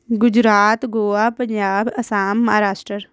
Gujarat Goa Punjab Assam Maharashtra